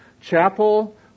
chapel